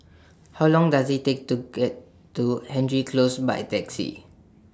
How Long Does IT Take to get to Hendry Close By Taxi